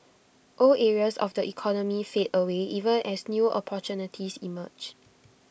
old areas of the economy fade away even as new opportunities emerge